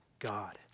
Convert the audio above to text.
God